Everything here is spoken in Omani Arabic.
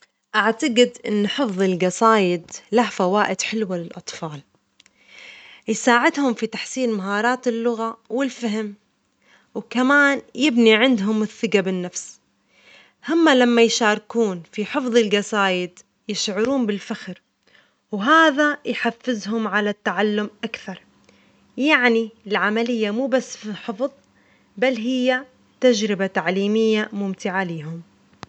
أعتقد إن حفظ الجصائد له فوائد حلوة للأطفال، يساعدهم في تحسين مهارات اللغة والفهم، وكمان يبني عندهم الثجة بالنفس، هم لما يشاركون في حفظ الجصائد يشعرون بالفخر، وهذا يحفزهم على التعلم أكثر، يعني العملية مو بس في الحفظ، بل هي تجربة تعليمية ممتعة لهم.